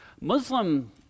Muslim